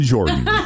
Jordan